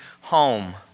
home